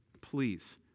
please